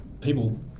people